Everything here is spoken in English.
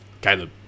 Caleb